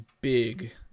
big